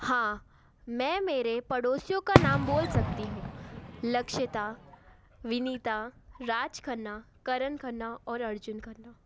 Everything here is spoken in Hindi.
हाँ मैं मेरे पड़ोसियों का नाम बोल सकती हूँ लक्षिता विनीता राज खन्ना करण खन्ना और अर्जुन खन्ना